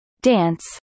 dance